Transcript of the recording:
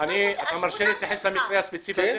אני יכול להתייחס למקרה הספציפי הזה?